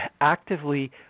actively